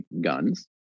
guns